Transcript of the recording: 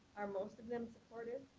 are most of them supportive?